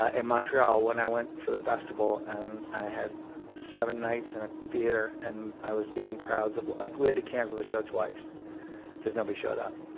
ah in montreal when i went for the festival and had seven nights in a theater and i was getting crowds of like we had to cancel the show twice because nobody showed up.